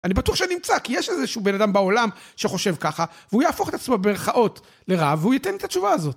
אני בטוח שאני אמצא, כי יש איזשהו בן אדם בעולם שחושב ככה, והוא יהפוך את עצמו במרכאות לרב, והוא ייתן את התשובה הזאת.